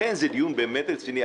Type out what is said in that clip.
לכן, זה דיון באמת רציני.